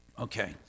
okay